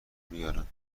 بیارم